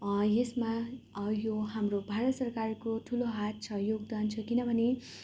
यसमा यो हाम्रो भारत सरकारको ठुलो हात छ योगदान छ किनभने